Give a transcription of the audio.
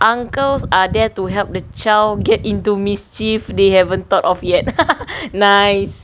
uncles are there to help the child get into mischief they haven't thought of yet nice